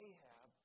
Ahab